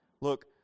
Look